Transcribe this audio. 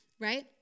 right